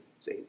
see